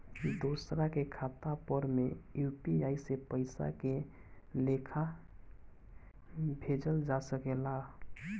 दोसरा के खाता पर में यू.पी.आई से पइसा के लेखाँ भेजल जा सके ला?